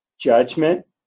judgment